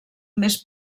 més